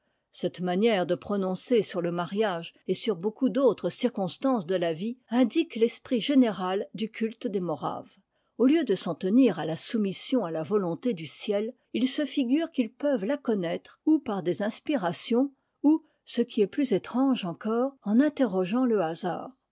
cette manière de prononcer sur le mariage et sur beaucoup d'autres circonstances de la vie indique l'esprit général du culte des moraves au lieu de s'en tenir à la soumission à la volonté du ciel ils se figurent qu'ils peuvent la connaître ou par des inspirations ou ce qui est plus étrange encore en interrogeant le hasard